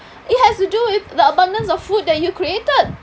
it has to do with the abundance of food that you created